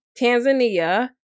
Tanzania